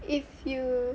if you